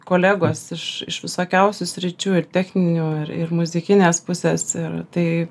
kolegos iš iš visokiausių sričių ir techninių ir muzikinės pusės ir tai